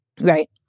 Right